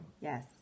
Yes